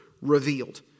revealed